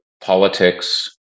politics